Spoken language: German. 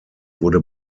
wurde